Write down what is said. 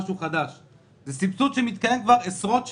זה סבסוד שקיים כבר עשרות שנים.